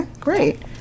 great